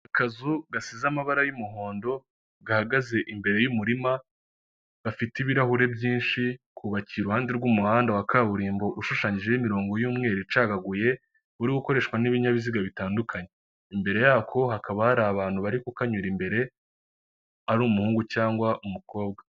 Akazu gasize amabara y’umuhondo, gahagaze imbere y’umurima, gafite ibirahure byinshi. Kubakiye iruhande rw’umuhanda wa kaburimbo ushushanyijeho imirongo y’umweru icagaguye uri gukoreshwa n’ibinyabiziga bitandukanye. Imbere yako hakaba hari abantu bari kukanyura imbere ari umuhungu cyangwa umukobwa.